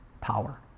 power